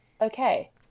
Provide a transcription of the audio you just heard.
okay